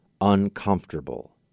uncomfortable